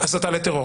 הסתה לטרור.